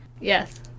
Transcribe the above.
Yes